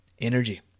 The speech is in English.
energy